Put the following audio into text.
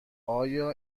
آیا